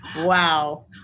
wow